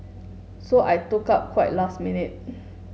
so I took up quite last minute